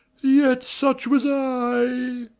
yet such was i!